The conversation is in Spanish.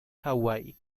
hawái